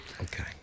Okay